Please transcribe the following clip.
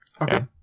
okay